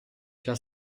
già